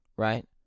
Right